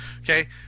Okay